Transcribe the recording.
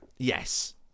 Yes